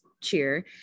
cheer